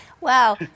Wow